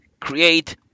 create